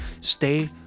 Stay